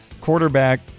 quarterback